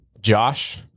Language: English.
Josh